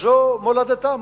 שזו מולדתם?